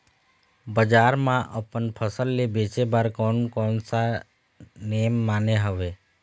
बजार मा अपन फसल ले बेचे बार कोन कौन सा नेम माने हवे?